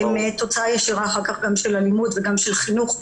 הם אחר כך תוצאה ישירה של אלימות וחינוך.